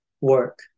work